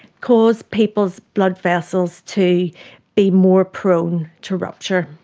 cause people's blood vessels to be more prone to rupture.